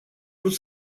vrut